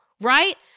right